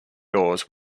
doors